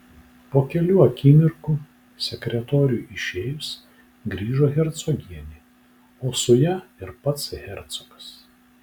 po kelių akimirkų sekretoriui išėjus grįžo hercogienė o su ja ir pats hercogas